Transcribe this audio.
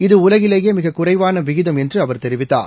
இது உலகிலேயே மிக குறைவான விகிதம் என்று அவர் தெரிவித்தார்